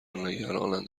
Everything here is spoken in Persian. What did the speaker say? نگرانند